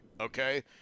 okay